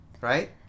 Right